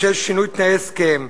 בשל שינוי תנאי הסכם,